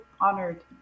honored